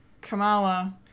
Kamala